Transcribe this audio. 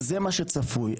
שצפוי.